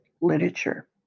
literature